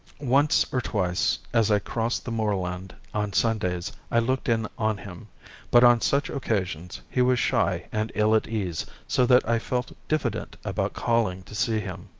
once or twice as i crossed the moorland on sundays i looked in on him but on such occasions he was shy and ill at ease so that i felt diffident about calling to see him.